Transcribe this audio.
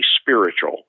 spiritual